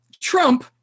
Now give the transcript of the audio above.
Trump